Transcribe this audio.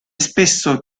spesso